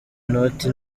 inoti